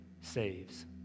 saves